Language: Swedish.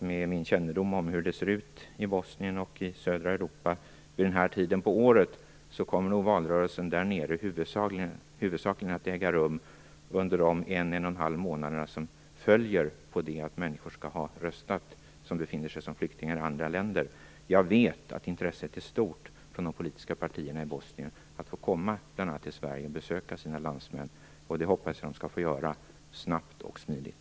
Med min kännedom om hur det ser ut i Bosnien och södra Europa vid den tiden på året kommer nog valrörelsen där nere att huvudsakligen äga rum under de en och en halv månader som följer på det att människor som befinner sig som flyktingar i andra länder skall ha röstat. Jag vet att intresset är stort från de politiska partierna i Bosnien att få komma till bl.a. Sverige för att besöka sina landsmän. Det hoppas jag att de skall få göra snart och smidigt.